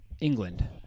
England